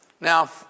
Now